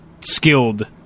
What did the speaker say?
skilled